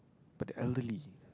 but the elderly